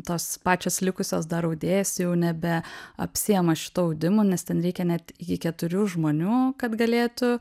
tos pačios likusios dar audėjos jau nebeapsiima šituo audimu nes ten reikia net iki keturių žmonių kad galėtų